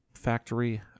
factory